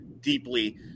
deeply